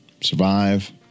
survive